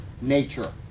nature